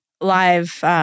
live